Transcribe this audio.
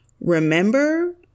Remember